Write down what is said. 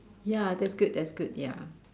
ya that's good that's good ya